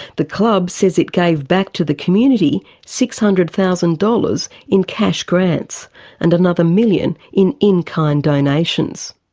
the club says it gave back to the community six hundred thousand dollars in cash grants and another million in in-kind donations.